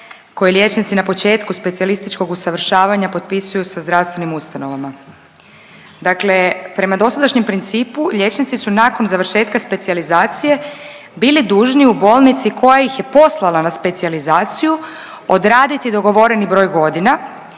koji liječnici na početku specijalističkog usavršavanja potpisuju sa zdravstvenim ustanovama. Dakle prema dosadašnjem principu liječnici su nakon završetka specijalizacije bili dužni u bolnici koja ih je poslala na specijalizaciju odraditi dogovoreni broj godina,